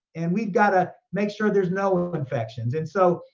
and we gotta make sure there's no infections. and so,